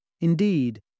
Indeed